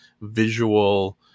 visual